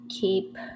keep